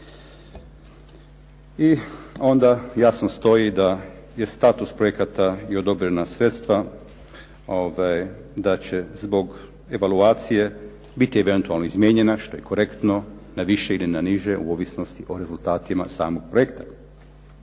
I onda jasno stoji da je status projekata i odobrena sredstva da će zbog evaluacije biti eventualno izmijenjena što je korektno na više ili na niže u ovisnosti o rezultatima samog projekta.